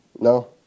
No